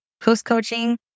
post-coaching